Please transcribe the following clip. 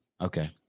okay